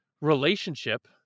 relationship